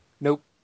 nope